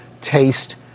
taste